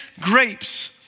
grapes